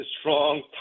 strong